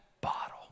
bottle